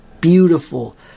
beautiful